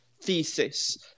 thesis